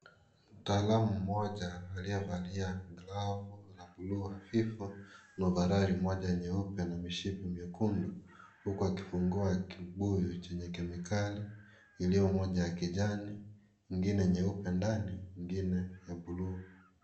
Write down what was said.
Mtaalamu mmoja, aliyevalia glovu la buluu hafifu na ovaroli moja nyeupe na mishipi miekundu, huku akifungua kibuyu chenye kemikali, iliyo moja ya kijani, nyingine nyeupe ndani, ingine ya buluu.